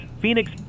Phoenix